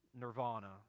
nirvana